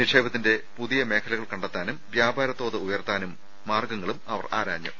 നിക്ഷേപത്തിന്റെ പുതിയ മേഖലകൾ കണ്ടെത്താനും വ്യാപാര തോത് ഉയർത്താനും മാർഗ്ഗങ്ങളും അവർ ആരാഞ്ഞു